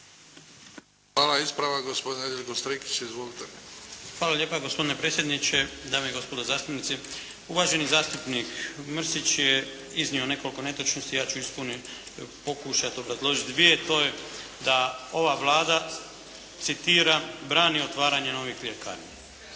**Strikić, Nedjeljko (HDZ)** Hvala lijepa gospodine predsjedniče. Dame i gospodo zastupnici, uvaženi zastupnik Mrsić je iznio nekoliko netočnosti, ja ću pokušati obrazložiti dvije. To je da ova Vlada, citiram: "brani otvaranje novih ljekarni".